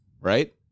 right